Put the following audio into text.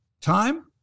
Time